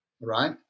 right